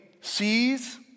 sees